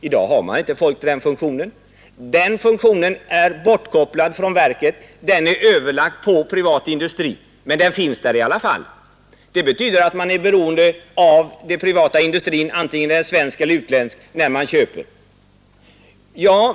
I dag har man inte folk till den funktionen — den är bortkopplad från verket, den är överlagd på privat industri — men den finns där i alla fall. Det betyder att man är beroende av den privata industrin, vare sig den är svensk eller utländsk, när man köper.